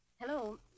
Hello